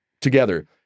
together